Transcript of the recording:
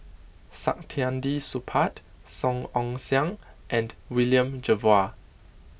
Saktiandi Supaat Song Ong Siang and William Jervois